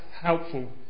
helpful